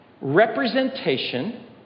Representation